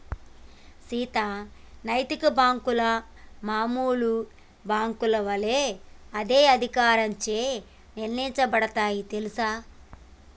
సీత నైతిక బాంకులు మామూలు బాంకుల ఒలే అదే అధికారంచే నియంత్రించబడుతాయి తెల్సా